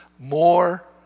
More